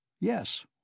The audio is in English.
Yes